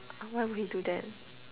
I'm why we do that